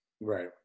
right